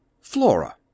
Flora